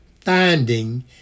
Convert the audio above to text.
finding